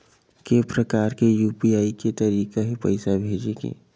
के प्रकार के यू.पी.आई के तरीका हे पईसा भेजे के?